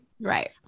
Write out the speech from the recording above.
Right